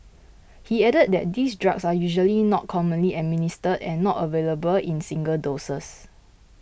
he added that these drugs are usually not commonly administer and not available in single doses